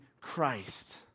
Christ